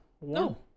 No